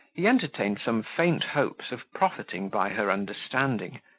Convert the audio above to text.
he entertained some faint hopes of profiting by her understanding,